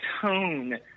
tone